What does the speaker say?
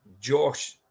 Josh